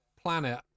planet